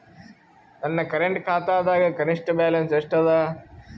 ನನ್ನ ಕರೆಂಟ್ ಖಾತಾದಾಗ ಕನಿಷ್ಠ ಬ್ಯಾಲೆನ್ಸ್ ಎಷ್ಟು ಅದ